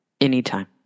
anytime